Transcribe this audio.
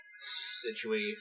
situate